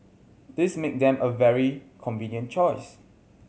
this make them a very convenient choice